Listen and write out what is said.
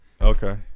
Okay